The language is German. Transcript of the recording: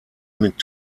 mit